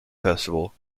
festival